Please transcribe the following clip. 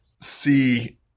see